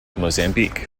mozambique